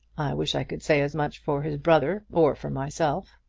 wish i could say as much for his brother or for myself.